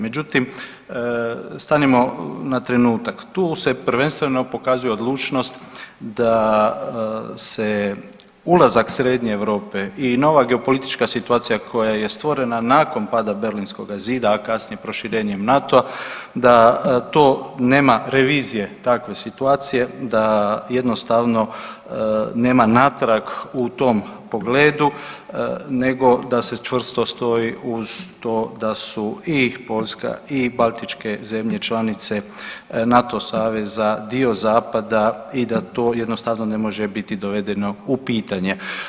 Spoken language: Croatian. Međutim, stanimo na trenutak, tu se prvenstveno pokazuje odlučnost da se ulazak Srednje Europe i nova geopolitička situacija koja je stvorena nakon pada Berlinskoga zida, a kasnije proširenjem NATO-a da to nema revizije takve situacije, da jednostavno nema natrag u tom pogledu nego da se čvrsto stoji uz to da su i Poljska i Baltičke zemlje članice NATO saveza, dio zapada i da to jednostavno ne može biti dovedeno u pitanje.